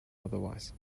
otherwise